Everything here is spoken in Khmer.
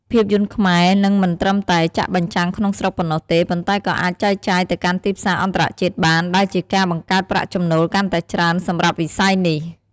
ភាពយន្តខ្មែរនឹងមិនត្រឹមតែចាក់បញ្ចាំងក្នុងស្រុកប៉ុណ្ណោះទេ ប៉ុន្តែក៏អាចចែកចាយទៅកាន់ទីផ្សារអន្តរជាតិបាន ដែលជាការ បង្កើតប្រាក់ចំណូលកាន់តែច្រើនសម្រាប់វិស័យនេះ។